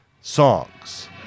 songs